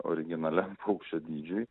originaliam paukščio dydžiui